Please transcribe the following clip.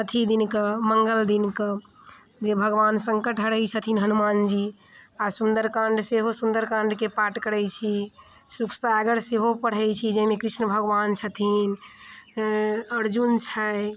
अथी दिनकऽ मङ्गल दिनकऽ जे भगवान सङ्कट हरै छथिन हनुमानजी आओर सुन्दरकाण्ड सेहो सुन्दरकाण्डके पाठ करै छी सुख सागर सेहो पढ़ै छी जइमे कृष्ण भगवान छथिन अऽ अर्जुन छै